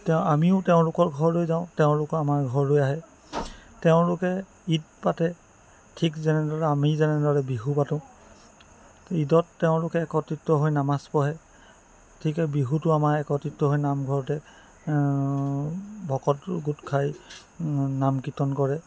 তেওঁ আমিও তেওঁলোকৰ ঘৰলৈ যাওঁ তেওঁলোকো আমাৰ ঘৰলৈ আহে তেওঁলোকে ঈদ পাতে ঠিক যেনেদৰে আমি যেনেদৰে বিহু পাতো ঈদত তেওঁলোকে একত্ৰিত হৈ নামাজ পঢ়ে ঠিক সেই বিহুতো আমাৰ একত্ৰিত হৈ নামঘৰতে ভকত গোট খাই নাম কীৰ্তন কৰে